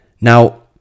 Now